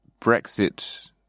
Brexit